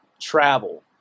travel